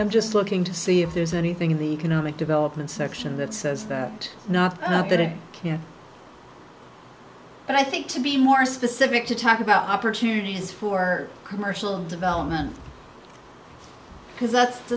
i'm just looking to see if there's anything in the economic development section that says not that it can but i think to be more specific to talk about opportunities for commercial development because that